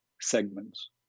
segments